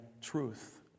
truth